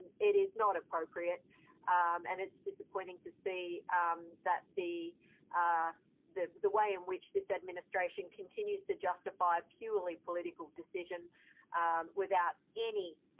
it is not appropriate and it's disappointing to see that the the way in which this administration continues to justify purely political decision without any,